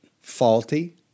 faulty